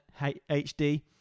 hd